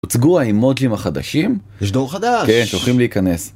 ‫הוצגו האימוג'ים החדשים. ‫-יש דור חדש. ‫-כן, אתם יכולים להיכנס.